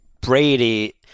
Brady